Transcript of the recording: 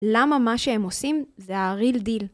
למה מה שהם עושים זה הריל דיל?